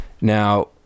Now